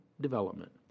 development